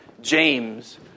James